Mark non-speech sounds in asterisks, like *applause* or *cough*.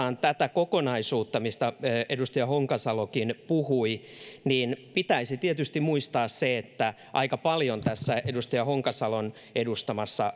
kun katsotaan tätä kokonaisuutta mistä edustaja honkasalokin puhui niin pitäisi tietysti muistaa se että aika paljon tässä edustaja honkasalon edustamassa *unintelligible*